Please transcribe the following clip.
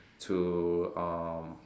to uh